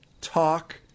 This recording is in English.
talk